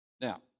Now